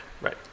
Right